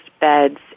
beds